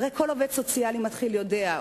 הרי כל עובד סוציאלי מתחיל יודע,